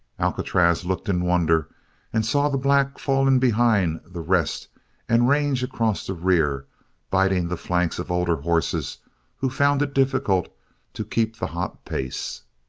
alcatraz looked in wonder and saw the black fall in behind the rest and range across the rear biting the flanks of older horses who found it difficult to keep the hot pace.